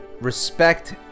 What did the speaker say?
respect